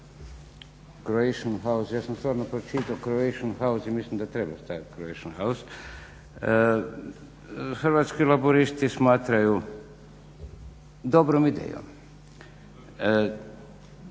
Hrvatski laburisti smatraju dobrom idejom.